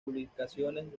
publicaciones